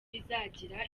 rizagira